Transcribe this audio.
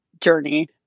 journey